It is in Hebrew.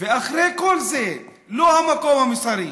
אחרי כל זה, לא המקום המוסרי,